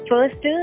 First